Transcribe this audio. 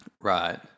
right